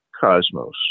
cosmos